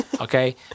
okay